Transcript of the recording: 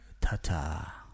Ta-ta